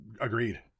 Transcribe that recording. Agreed